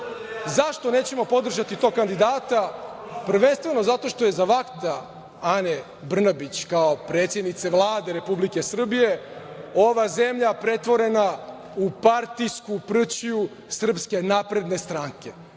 zašto nećemo podržati tog kandidata. Prvenstveno, zato što je za vakta Ane Brnabić kao predsednice Vlade Republike Srbije ova zemlja pretvorena u partijsku prćiju SNS sa otetim